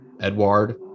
Edward